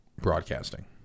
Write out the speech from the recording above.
broadcasting